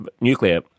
nuclear